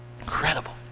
Incredible